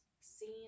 seen